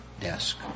desk